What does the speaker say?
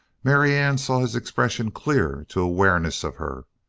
marianne saw his expression clear to awareness of her.